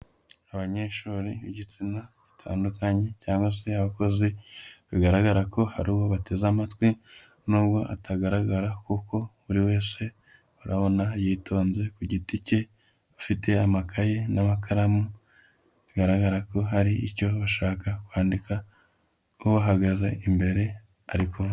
Abanyeshuri b'igitsina gitandukanye cyangwa se abakozi bigaragara ko hari uwo bateze amatwi nubwo atagaragara kuko buri wese urabona yitonze ku giti ke afite amakaye n'amakaramu bigaragara ko hari icyo bashaka kwandika kuko ubahagaze imbere ari ku...